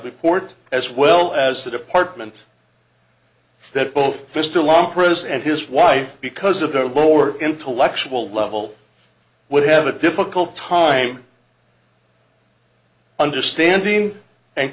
report as well as the department that both mr long pres and his wife because of the war intellectual level would have a difficult time understanding and